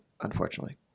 unfortunately